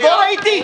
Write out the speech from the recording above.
עוד לא ראיתי,